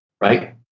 right